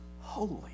holy